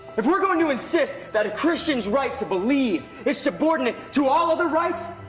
if we're going to insist that a christian's right to believe is subordinate to all other rights,